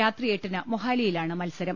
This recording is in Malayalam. രാത്രി എട്ടിന് മൊഹാലിയിലാണ് മത്സരം